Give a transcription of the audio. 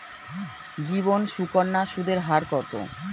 জীবন সুকন্যা সুদের হার কত?